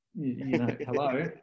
Hello